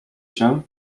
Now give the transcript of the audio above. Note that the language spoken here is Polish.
się